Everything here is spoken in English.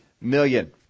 million